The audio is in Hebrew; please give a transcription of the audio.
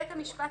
בית המשפט,